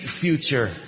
future